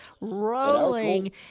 rolling